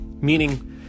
meaning